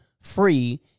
free